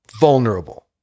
vulnerable